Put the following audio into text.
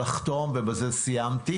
לחתום ובזה סיימתי.